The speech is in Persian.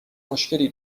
مشکلی